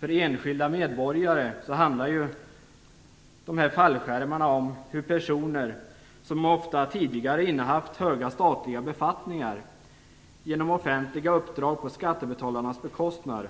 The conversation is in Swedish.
För enskilda medborgare handlar fallskärmarna om hur personer som tidigare ofta innehaft höga statliga befattningar genom offentliga uppdrag ordnar sin ekonomiska framtid på skattebetalarnas bekostnad.